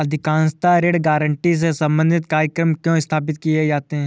अधिकांशतः ऋण गारंटी से संबंधित कार्यक्रम क्यों स्थापित किए जाते हैं?